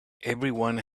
everyone